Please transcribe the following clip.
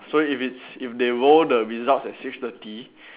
so if it's if they roll the results at six thirty